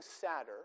sadder